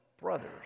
brothers